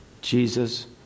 Jesus